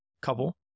couple